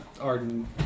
Arden